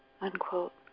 unquote